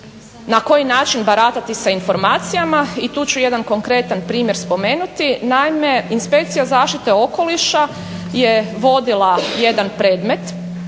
na koji način baratati sa informacijama i tu ću jedan konkretan primjer spomenuti. Naime, inspekcija zaštite okoliša je vodila jedan predmet